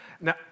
Now